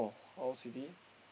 city